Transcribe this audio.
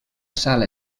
sala